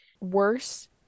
worse